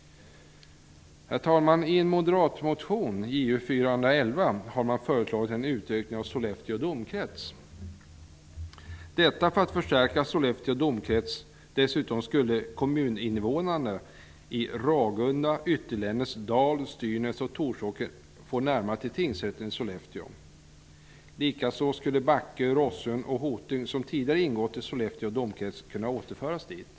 Herr talman! I moderatmotionen Ju411 föreslås en utökning av Sollefteå domkrets, detta för att förstärka Sollefteå domkrets. Dessutom skulle kommuninvånarna i Ragunda, Ytterlännäs, Dal, Styrnäs och Torsåker få närmare till tingsrätten i Sollefteå. Likaså skulle Backe, Rossön och Hoting, som tidigare ingått i Sollefteå domkrets, kunna återföras dit.